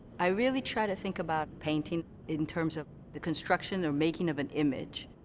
i really try to think about painting in terms of the construction or making of an image.